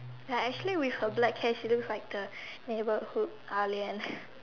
ya like actually with her black hair she look like the neighbourhood alien